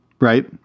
Right